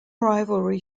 rivalry